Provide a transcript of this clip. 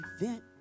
event